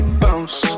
bounce